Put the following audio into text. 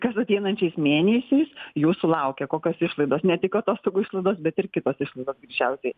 kas ateinančiais mėnesiais jūsų laukia kokios išlaidos ne tik atostogų išlaidos bet ir kitos išlaidos greičiausiai